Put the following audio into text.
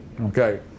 Okay